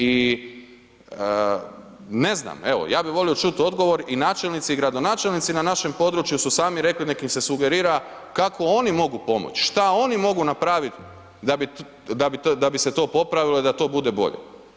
I ne znam, evo ja bih volio čuti odgovor i načelnici i gradonačelnici na našem području su sami rekli neka im se sugerira kako oni mogu pomoći, šta oni mogu napraviti da bi se to popravilo i da to bude bolje.